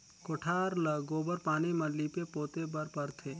कोठार ल गोबर पानी म लीपे पोते बर परथे